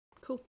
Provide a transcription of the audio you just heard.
Cool